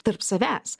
tarp savęs